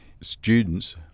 students